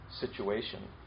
situation